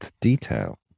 detail